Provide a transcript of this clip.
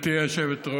כי אני עצוב מדי